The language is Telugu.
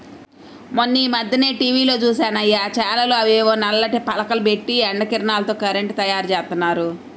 మొన్నీమధ్యనే టీవీలో జూశానయ్య, చేలల్లో అవేవో నల్లటి పలకలు బెట్టి ఎండ కిరణాలతో కరెంటు తయ్యారుజేత్తన్నారు